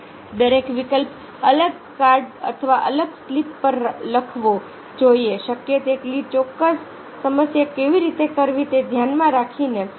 દરેક વિકલ્પ અલગ કાર્ડ અથવા અલગ સ્લિપ પર લખવો જોઈએ શક્ય તેટલી ચોક્કસ સમસ્યા કેવી રીતે કરવી તે ધ્યાનમાં રાખીને